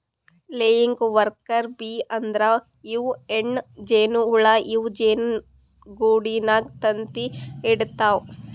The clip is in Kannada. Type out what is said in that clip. ಲೆಯಿಂಗ್ ವರ್ಕರ್ ಬೀ ಅಂದ್ರ ಇವ್ ಹೆಣ್ಣ್ ಜೇನಹುಳ ಇವ್ ಜೇನಿಗೂಡಿನಾಗ್ ತತ್ತಿ ಇಡತವ್